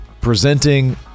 presenting